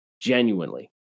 Genuinely